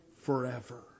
forever